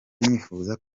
nifuza